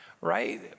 right